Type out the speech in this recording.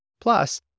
Plus